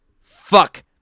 Fuck